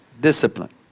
discipline